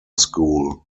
school